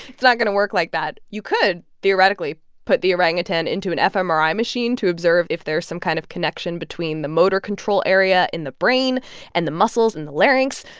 it's not going to work like that. you could theoretically put the orangutan into an fmri machine to observe if there's some kind of connection between the motor control area in the brain and the muscles in the larynx,